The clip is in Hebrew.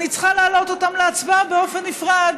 אני צריכה להעלות אותם להצבעה באופן נפרד.